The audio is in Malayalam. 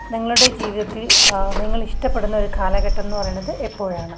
നിങ്ങളുടെ ജീവിതത്തിൽ നിങ്ങളിഷ്ടപ്പെടുന്നൊരു കാലഘട്ടംന്ന് പറയണത് എപ്പോഴാണ്